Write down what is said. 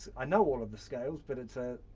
i know all of the scales but it's a,